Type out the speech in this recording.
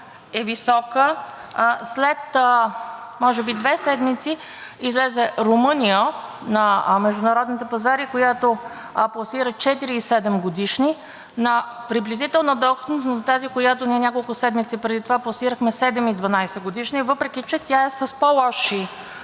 е висока, след може би две седмици излезе Румъния на международните пазари, която пласира четири- и седемгодишни на приблизителна доходност за тази, която ние няколко седмици преди това пласирахме седем- и дванадесетгодишни, въпреки че тя е с по-лоши